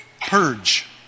Purge